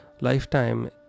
lifetime